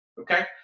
Okay